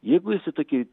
jeigu jis į tokį